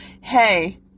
hey